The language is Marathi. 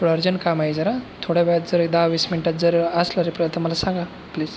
थोडं अर्जंट काम आहे जरा थोड्या वेळात जर एक दहावीस मिनटात जर असला मला सांगा प्लीज